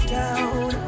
down